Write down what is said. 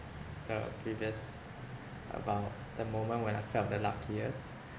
the previous about the moment when I felt the luckiest